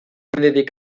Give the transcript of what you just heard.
mendetik